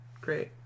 great